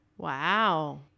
Wow